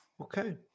Okay